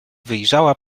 wyjrzała